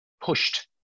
pushed